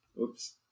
Oops